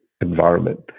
environment